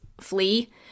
flee